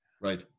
Right